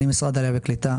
אני משרד העלייה והקליטה,